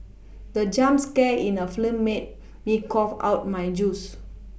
the jump scare in the film made me cough out my juice